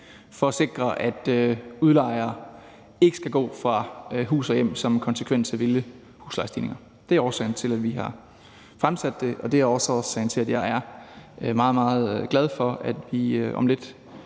for at sikre, at lejere ikke skal gå fra hus og hjem som konsekvens af vilde huslejestigninger. Det er årsagen til, at vi har fremsat det, og det er også årsagen til, at jeg er meget, meget glad for, at vi om lidt